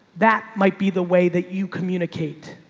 that might be the way that you communicate